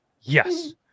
Yes